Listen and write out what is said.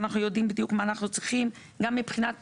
אנחנו יודעים בדיוק מה אנחנו צריכים גם מבחינת